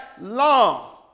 long